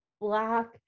black